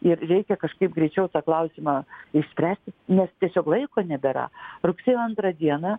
ir reikia kažkaip greičiau tą klausimą išspręsti nes tiesiog laiko nebėra rugsėjo antrą dieną